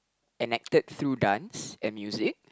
enacted through dance and music